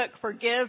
Forgive